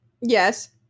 yes